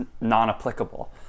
non-applicable